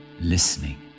Listening